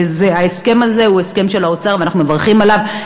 ההסכם הזה הוא הסכם של האוצר, ואנחנו מברכים עליו.